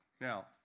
Now